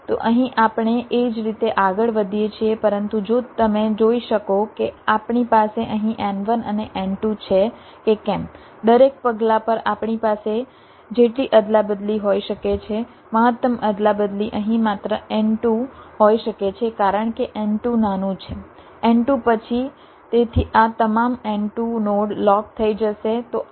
તો અહીં આપણે એ જ રીતે આગળ વધીએ છીએ પરંતુ જો તમે જોઈ શકો કે આપણી પાસે અહીં n1 અને n2 છે કે કેમ દરેક પગલા પર આપણી પાસે જેટલી અદલાબદલી હોઈ શકે છે મહત્તમ અદલાબદલી અહીં માત્ર n2 હોઈ શકે છે કારણ કે n2 નાનું છે n2 પછી તેથી આ તમામ n2 નોડ લોક થઈ જશે